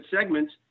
segments